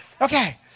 Okay